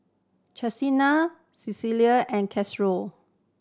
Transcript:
Chestina Cecil and